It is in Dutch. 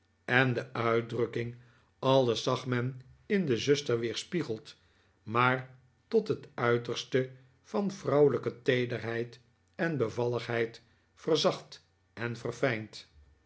en de uitdrukking alles zag men in de zuster weerspiegeld maar tot het uiterste van vrouwelijke teederheid en bevalligheid verzacht en verfijnd